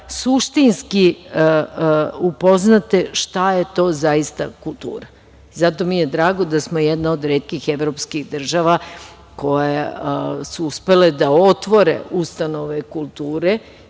suštinski upoznate šta je to zaista kultura. Zato mi je drago da smo jedna od retkih evropskih država, koje su uspele da otvore ustanove kulture